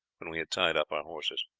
when we had tied up our horses.